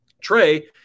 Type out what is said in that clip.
Trey